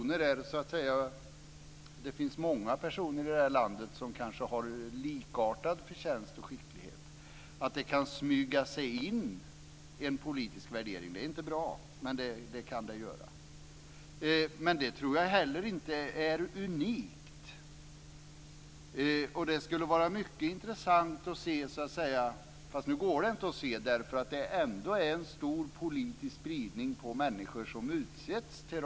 När det finns många personer i landet som har likartad förtjänst och skicklighet kan det smyga sig in en politisk värdering. Det är inte bra, men det kan det göra. Det tror jag inte är unikt. Det skulle vara mycket intressant att se, där den politiska färgen är noterbar, hur det var under det borgerliga regeringsinnehavets tid.